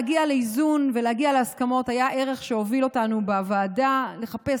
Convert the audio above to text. להגיע לאיזון ולהגיע להסכמות היה ערך שהוביל אותנו בוועדה לחפש